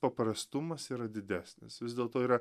paprastumas yra didesnis vis dėlto yra